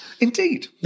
Indeed